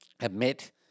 Admit